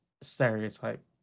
stereotype